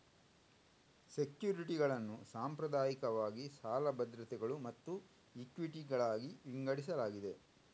ಸೆಕ್ಯುರಿಟಿಗಳನ್ನು ಸಾಂಪ್ರದಾಯಿಕವಾಗಿ ಸಾಲ ಭದ್ರತೆಗಳು ಮತ್ತು ಇಕ್ವಿಟಿಗಳಾಗಿ ವಿಂಗಡಿಸಲಾಗಿದೆ